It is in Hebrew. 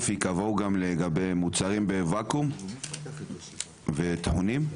ייקבעו גם למוצרים שארוזים בוואקום וגם לטחונים?